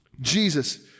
Jesus